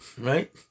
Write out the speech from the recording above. right